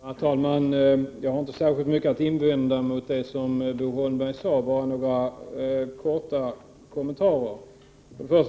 Herr talman! Jag har inte särskilt mycket att invända mot det Bo Holmberg sade, bara några korta kommentarer.